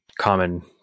common